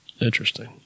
interesting